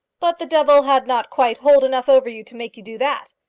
but the devil had not quite hold enough over you to make you do that?